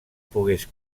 pogués